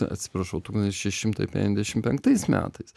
atsiprašau tūkstantis šeši šimtai penkiasdešimt penktais metais